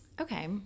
Okay